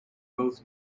both